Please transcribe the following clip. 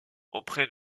auprès